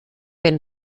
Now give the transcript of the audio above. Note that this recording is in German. wenn